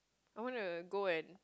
I want to go and